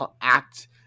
act